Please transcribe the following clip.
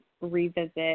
revisit